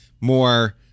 more